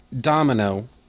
Domino